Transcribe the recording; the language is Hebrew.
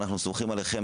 אנחנו סומכים עליכם